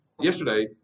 yesterday